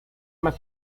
más